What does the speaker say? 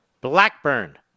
Blackburn